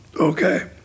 okay